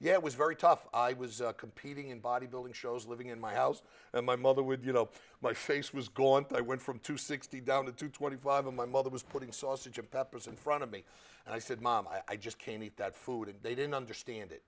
yeah it was very tough i was competing in bodybuilding shows living in my house and my mother would you know my face was gone but i went from two sixty down to twenty five of my mother was putting sausage of peppers in front of me and i said mom i just can't eat that food and they didn't understand it